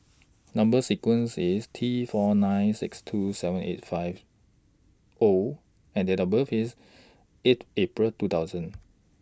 Number sequence IS T four nine six two seven eight five O and Date of birth IS eight April two thousand